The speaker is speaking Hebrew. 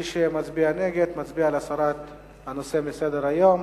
מי שמצביע נגד, מצביע על הסרת הנושא מסדר-היום.